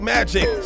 Magic